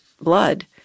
blood